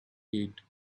eight